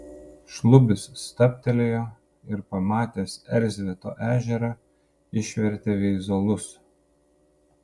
šlubis stabtelėjo ir pamatęs erzvėto ežerą išvertė veizolus